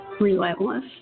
relentless